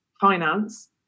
finance